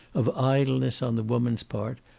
of idleness on the woman's part,